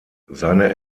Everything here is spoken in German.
seine